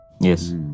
Yes